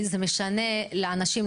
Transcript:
זה משנה לאנשים,